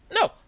No